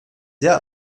sehr